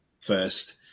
first